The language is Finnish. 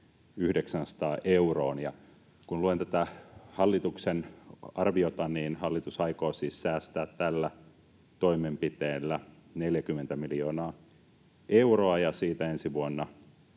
900 euroon. Kun luen tätä hallituksen arviota, hallitus aikoo siis säästää tällä toimenpiteellä 40 miljoonaa euroa ja sitä seuraavana